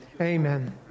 Amen